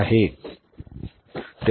हा नफा आहे